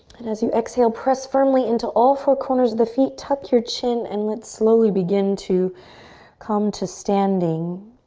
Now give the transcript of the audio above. and as you exhale, press firmly into all four corners of the feet, tuck your chin, and let's slowly begin to come to standing.